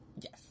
Yes